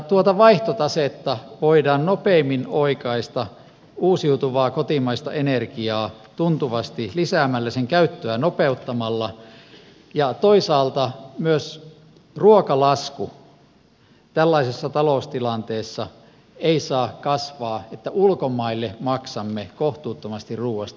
tuota vaihtotasetta voidaan nopeimmin oikaista uusiutuvaa kotimaista energiaa tuntuvasti lisäämällä sen käyttöä nopeuttamalla ja toisaalta myöskään ruokalasku tällaisessa taloustilanteessa ei saa kasvaa niin että ulkomaille maksamme kohtuuttomasti ruuasta